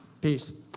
Peace